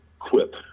quip